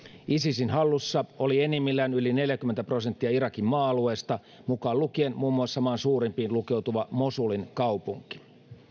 isisin hallussa oli enimmillään yli neljäkymmentä prosenttia irakin maa alueesta mukaan lukien muun muassa maan suurimpiin lukeutuva mosulin kaupunki